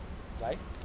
why